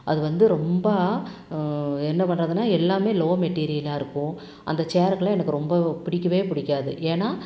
அது வந்து ரொம்ப என்ன பண்ணுறதுனா எல்லாம் லோ மெட்டீரியலாக இருக்கும் அந்த சேருலாம் எனக்கு ரொம்ப பிடிக்கவே பிடிக்காது ஏன்னா